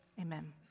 Amen